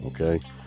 okay